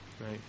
right